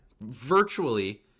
virtually